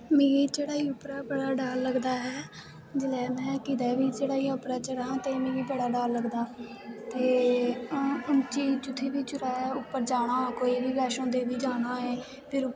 मिगी चढ़ाई उप्परा बड़ा डर लगदा ऐ जिसलै में कुदै बी चढ़ाई उप्पर चढ़ां ते मिगी बड़ा डर लगदा ते जित्थै बी चढ़ाई उप्पर जाना होऐ कोई बी बैष्णो देवी जाना होऐ फिर